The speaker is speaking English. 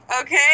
okay